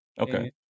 Okay